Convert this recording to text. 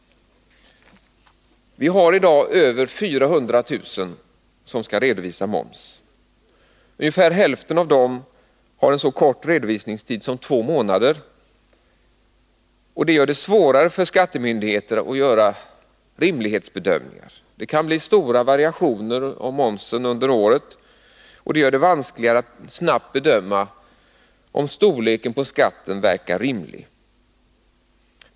Vi hari dag över 400 000 som skall redovisa moms. Ungefär hälften av dem har en så kort redovisningstid som två månader, och det gör det svårare för skattemyndigheterna att göra rimlighetsbedömningar. Det kan bli stora variationer i momsen under året, och det gör det vanskligare att snabbt bedöma om storleken på skatten verkar rimlig.